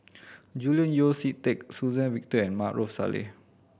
Julian Yeo See Teck Suzann Victor and Maarof Salleh